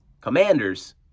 Commanders